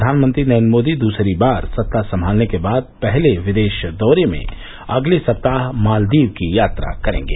प्रधानमंत्री नरेन्द्र मोदी दूसरी बार सत्ता संभालने के बाद पहले विदेश दौरे में अगले सप्ताह मालदीव की यात्रा करेंगे